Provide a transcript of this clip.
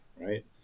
right